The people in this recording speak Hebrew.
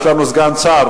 יש לנו סגן שר,